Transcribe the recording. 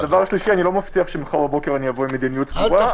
לדבר השלישי אני לא מבטיח שמחר בבוקר אני אבוא עם מדיניות סדורה.